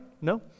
No